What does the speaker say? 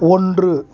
ஒன்று